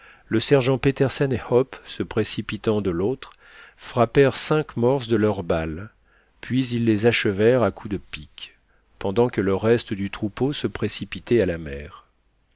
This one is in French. le sergent petersen et hope se précipitant de l'autre frappèrent cinq morses de leurs balles puis ils les achevèrent à coups de pique pendant que le reste du troupeau se précipitait à la mer